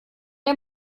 der